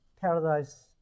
Paradise